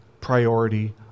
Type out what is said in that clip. priority